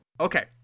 Okay